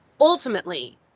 ultimately